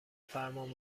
فرمان